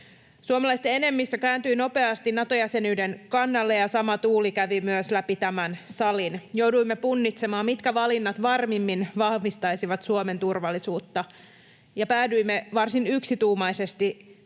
Suomalaisten enemmistö kääntyi nopeasti Nato-jäsenyyden kannalle, ja sama tuuli kävi myös läpi tämän salin. Jouduimme punnitsemaan, mitkä valinnat varmimmin vahvistaisivat Suomen turvallisuutta, ja päädyimme varsin yksituumaisesti